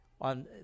on